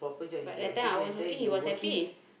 but that time I was working he was happy